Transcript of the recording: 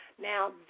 Now